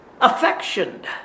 affectioned